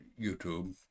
YouTube